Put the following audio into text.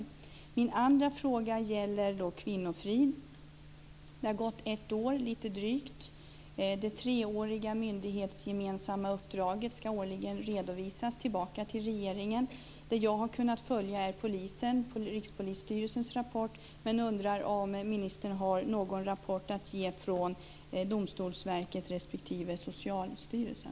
Min andra fråga gäller kvinnofrid. Det har gått lite drygt ett år. Det treåriga myndighetsgemensamma uppdraget ska årligen redovisas tillbaka till regeringen. Det jag har kunnat följa är Rikspolisstyrelsens rapport, men jag undrar om ministern har någon rapport att lämna från Domstolsverket respektive Socialstyrelsen.